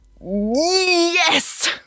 Yes